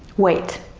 wait,